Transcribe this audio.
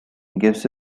gives